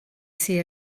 see